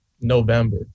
November